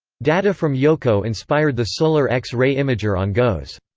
data from yohkoh inspired the solar x-ray imager on goes.